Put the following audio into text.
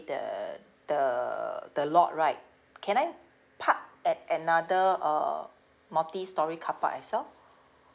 the the the lot right can I park at another uh multi storey carpark as well